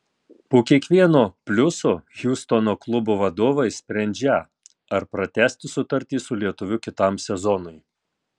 po kiekvieno pliuso hjustono klubo vadovai sprendžią ar pratęsti sutartį su lietuviu kitam sezonui